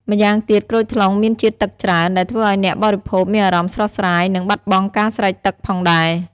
ម្យ៉ាងទៀត ក្រូចថ្លុងមានជាតិទឹកច្រើន ដែលធ្វើឱ្យអ្នកបរិភោគមានអារម្មណ៍ស្រស់ស្រាយ និងបាត់បង់ការស្រេកទឹកផងដែរ។